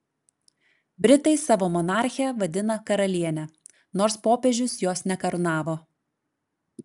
britai savo monarchę vadina karaliene nors popiežius jos nekarūnavo